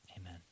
Amen